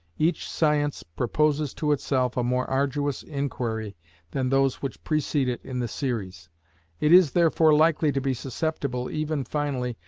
each science proposes to itself a more arduous inquiry than those which precede it in the series it is therefore likely to be susceptible, even finally,